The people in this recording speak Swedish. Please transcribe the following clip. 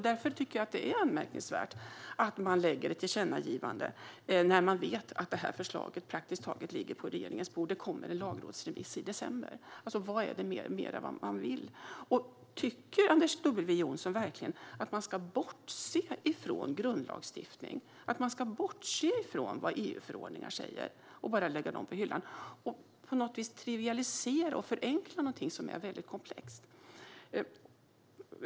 Därför tycker jag att det är anmärkningsvärt att man lägger fram ett tillkännagivande när man vet att det här förslaget praktiskt taget ligger på regeringens bord. Det kommer en lagrådsremiss i december. Vad mer är det man vill? Tycker Anders W Jonsson verkligen att man ska bortse från grundlagar, att man ska bortse från vad EU-förordningar säger, bara lägga dem på hyllan och på något vis trivialisera och förenkla någonting som är väldigt komplext?